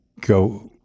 go